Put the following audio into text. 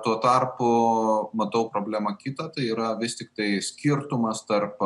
tuo tarpu matau problemą kitą tai yra vis tiktai skirtumas tarp